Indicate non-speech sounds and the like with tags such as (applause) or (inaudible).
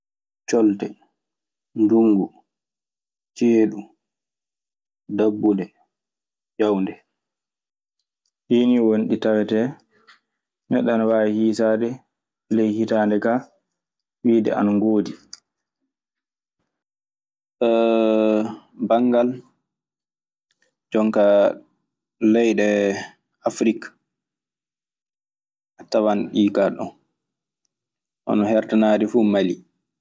Ciolde, dungu, ciedu, dabude, ŋawde. Ɗii nii woni ɗi tawetee neɗɗo ana waawi hiisaade ley hitaande kaa, wiide ana ngoodi. (hesitation) banngal jooni ka leyɗe Afirik a tawan ɗi kay ɗo hono heertonaade fuu Mali.